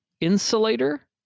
insulator